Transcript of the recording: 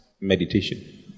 meditation